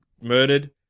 murdered